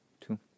two